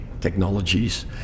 technologies